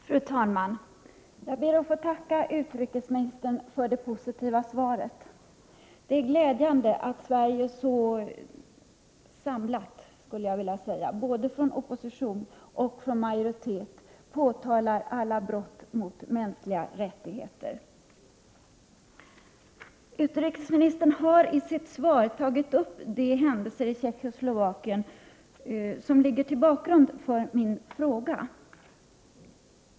Fru talman! Jag ber att få tacka utrikesministern för det positiva svaret. Det är glädjande att Sverige så samlat, både från opposition och majoritet, påtalar alla brott mot mänskliga rättigheter. Utrikesministern har i sitt svar tagit upp de händelser i Tjeckoslovakien som ligger till grund för min fråga.